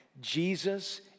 Jesus